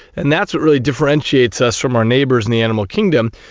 and that's what really differentiates us from our neighbours in the animal kingdom,